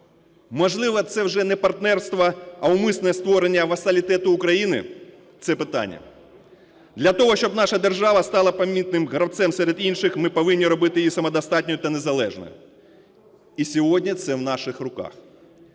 Можливо, це вже не партнерство, а умисне створення васалітету України? Це питання. Для того, щоб наша держава стала помітним гравцем серед інших, ми повинні робити її самодостатньою та незалежною і сьогодні – це в наших руках.